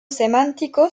semántico